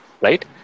right